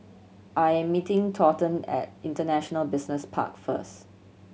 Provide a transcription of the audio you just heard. I am meeting Thornton at International Business Park first